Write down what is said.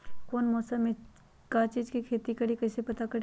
कौन मौसम में का चीज़ के खेती करी कईसे पता करी?